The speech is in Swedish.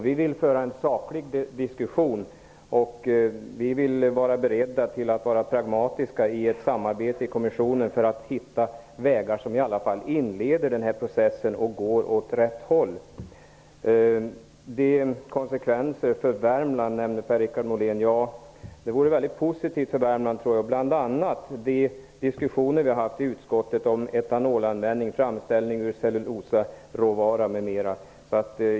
Vi vill föra en saklig diskussion och vara beredda att vara pragmatiska i ett samarbete i kommissionen för att hitta vägar som inleder den här processen och går åt rätt håll. Per-Richard Molén nämnde att det får konsekvenser för Värmland. Det vore positivt för Värmland, tror jag. Det visar bl.a. de diskussioner vi har haft i utskottet om etanolanvändning och framställning ur cellulosaråvara m.m.